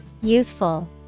Youthful